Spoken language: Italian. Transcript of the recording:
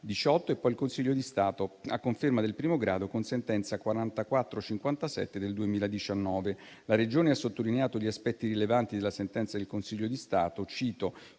2018, e poi il Consiglio di Stato, a conferma del primo grado, con sentenza n. 4457 del 2019. La Regione ha sottolineato gli aspetti rilevanti della sentenza del Consiglio di Stato e